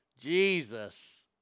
Jesus